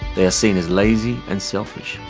they are seen as lazy and selfish,